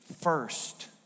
first